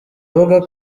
avuga